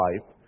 life